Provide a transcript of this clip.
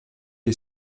est